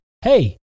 Hey